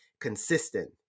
consistent